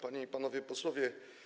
Panie i Panowie Posłowie!